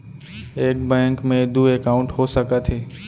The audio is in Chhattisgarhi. एक बैंक में दू एकाउंट हो सकत हे?